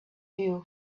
view